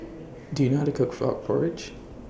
Do YOU know How to Cook Frog Porridge